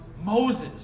Moses